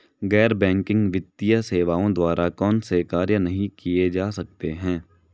गैर बैंकिंग वित्तीय सेवाओं द्वारा कौनसे कार्य नहीं किए जा सकते हैं?